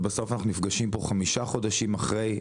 ובסוף אנחנו נפגשים פה חמישה חודשים אחרי,